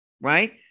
right